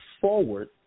forward